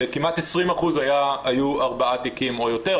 לכמעט 20% היו ארבעה תיקים או יותר,